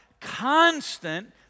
Constant